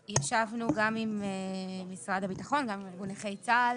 ישבנו גם עם משרד הביטחון וגם עם ארגון נכי צה"ל